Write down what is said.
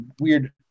weird